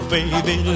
Baby